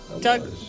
Doug